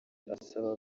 asaba